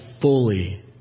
fully